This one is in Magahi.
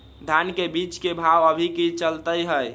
धान के बीज के भाव अभी की चलतई हई?